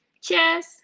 Cheers